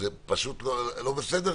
זה פשוט לא בסדר.